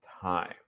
time